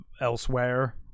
elsewhere